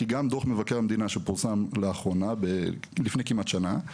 כי גם דוח מבקר המדינה שפורסם לאחרונה לפני כמעט שנה,